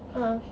uh